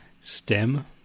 stem